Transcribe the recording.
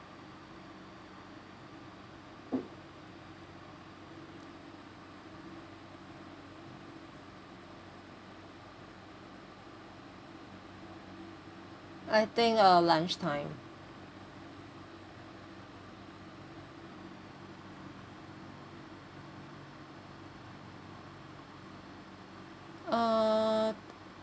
I think uh lunchtime uh